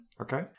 Okay